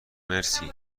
مرسی